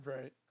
Right